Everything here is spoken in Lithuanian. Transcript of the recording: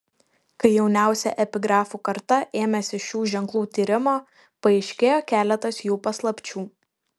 kai jauniausia epigrafų karta ėmėsi šių ženklų tyrimo paaiškėjo keletas jų paslapčių